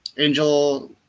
Angel